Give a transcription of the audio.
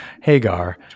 Hagar